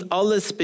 alles